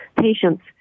patients